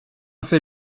fait